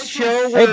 show